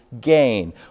gain